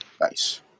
Nice